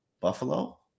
buffalo